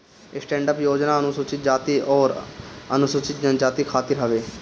stand up योजना अनुसूचित जाती अउरी अनुसूचित जनजाति खातिर हवे